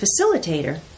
facilitator